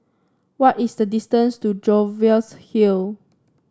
what is the distance to Jervois Hill